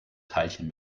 teilchen